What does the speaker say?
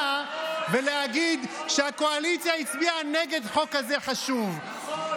ולהגיד שהקואליציה הצביעה נגד חוק חשוב כזה.